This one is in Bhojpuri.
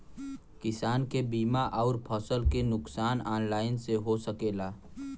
किसान के बीमा अउर फसल के नुकसान ऑनलाइन से हो सकेला?